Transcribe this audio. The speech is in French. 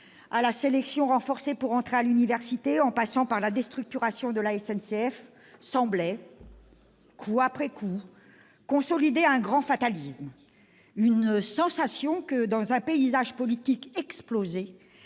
à la sélection renforcée pour entrer à l'université en passant par la déstructuration de la SNCF, semblait, coup après coup, consolider un grand fatalisme, une sensation que, dans un paysage politique explosé,